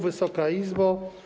Wysoka Izbo!